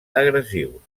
agressius